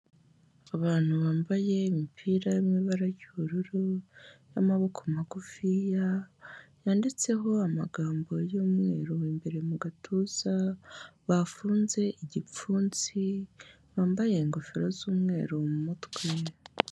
Abantu bambaye imipira y'amabara y'ubururu n'amaboko magufiys yanditseho amagambo y'umweru imbere mu gatuza bafunze igipfunsi wambaye ingofero z'umweru mu mutwe.